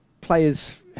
Players